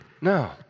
No